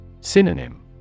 Synonym